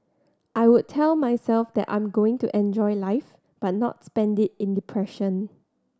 I would tell myself that I'm going to enjoy life but not spend it in depression